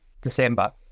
December